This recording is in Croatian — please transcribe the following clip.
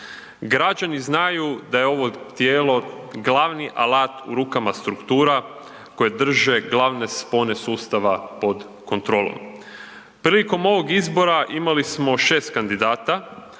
Građani znaju da je ovo tijelo glavni alat u rukama struktura koje drže glavne spone sustava pod kontrolom. Prilikom ovog izbora imali smo 6 kandidata,